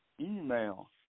Email